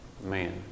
man